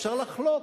אפשר לחלוק,